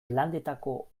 landetako